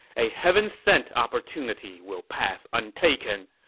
a heaven-sent opportunity will pass untaken.